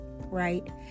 right